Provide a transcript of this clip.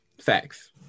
Facts